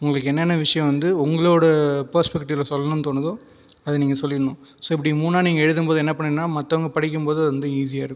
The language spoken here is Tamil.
உங்களுக்கு என்னென்ன விஷயம் வந்து உங்களோடய பெர்ஸ்பெக்டிவ்வில் சொல்லணும்னு தோணுதோ அதை நீங்கள் சொல்லிவிடணும் ஸோ இப்படி மூணாக நீங்கள் எழுதும் போது என்ன பண்ணுனால் மற்றவங்க படிக்கும் போது வந்து ஈஸியாக இருக்கும்